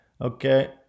okay